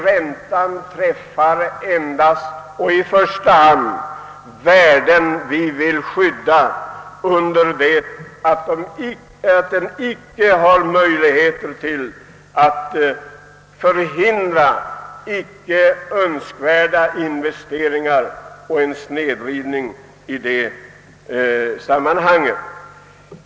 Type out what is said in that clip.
Räntan träffar i första hand värden som vi vill skydda, under det att den inte förhindrar ej önskvärda investeringar. Det blir alltså en snedvridning i detta hänseende.